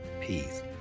peace